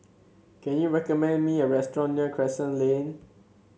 can you recommend me a restaurant near Crescent Lane